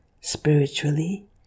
spiritually